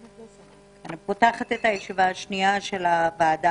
אני פותחת את הישיבה השנייה של הוועדה